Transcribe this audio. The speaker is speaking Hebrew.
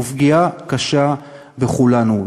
ופגיעה קשה בכולנו.